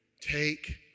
Take